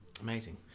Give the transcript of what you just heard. amazing